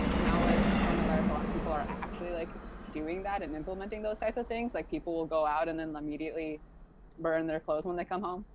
now with coronavirus, a lot of people are actually like doing that and implementing those types of things. like, people will go out and then immediately burn their clothes when they come home.